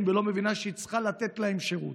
ולא מבינה שהיא צריכה לתת להם שירות.